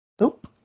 Nope